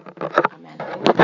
Amen